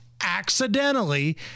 accidentally